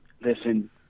listen